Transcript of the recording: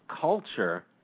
culture